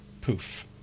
poof